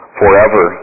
forever